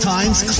Times